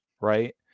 right